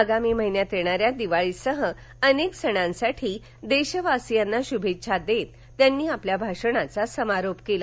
आगामी महिन्यात येणाऱ्या दिवाळीसह अनेक सणांसाठी देशवासियांना शुभेच्छा देत त्यांनी आपल्या भाषणाचा समारोप केला